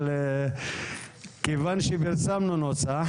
פרסמנו נוסח